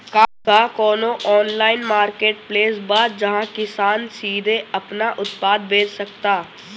का कोनो online marketplace बा जहां किसान सीधे अपन उत्पाद बेच सकता?